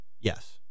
Yes